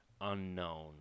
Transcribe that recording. unknown